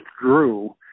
withdrew